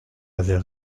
avait